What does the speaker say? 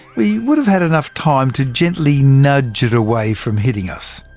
we would have had enough time to gently nudge it away from hitting us.